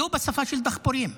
לא בשפה של דחפורים.